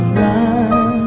run